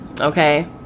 Okay